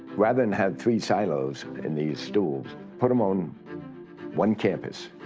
rather than have three silos and these stools, put them on one campus.